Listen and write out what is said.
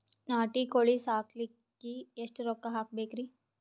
ನಾಟಿ ಕೋಳೀ ಸಾಕಲಿಕ್ಕಿ ಎಷ್ಟ ರೊಕ್ಕ ಹಾಕಬೇಕ್ರಿ?